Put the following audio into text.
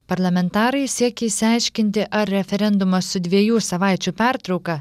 parlamentarai siekia išsiaiškinti ar referendumas su dviejų savaičių pertrauka